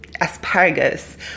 asparagus